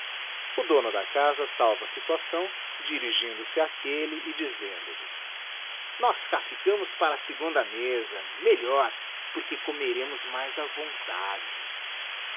o dono da casa salva a situação dirigindo-se áquellese dizendo ihes nós cá ficamos para a segunda mesa melhor porque comeremos mais á vontade